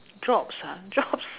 jobs ah jobs